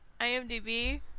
IMDb